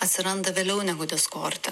atsiranda vėliau negu diskorte